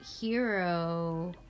hero